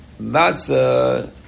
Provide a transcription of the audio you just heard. Matzah